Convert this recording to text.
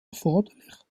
erforderlich